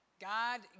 God